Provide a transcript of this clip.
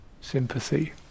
sympathy